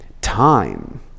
time